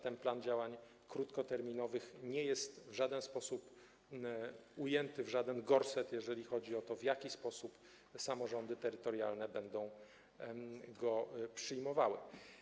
Ten plan działań krótkoterminowych nie jest w żaden sposób ujęty w gorset, jeżeli chodzi o to, w jaki sposób samorządy terytorialne będą go przyjmowały.